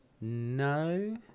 No